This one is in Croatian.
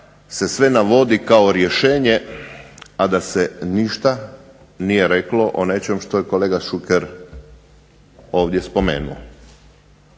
se sve navodi kao rješenje, a da se ništa nije reklo o nečem što je kolega Šuker ovdje spomenuo,